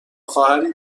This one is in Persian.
خواهری